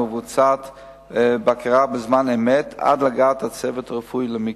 ומבוצעת בקרה בזמן אמת עד להגעת הצוות הרפואי למקרה.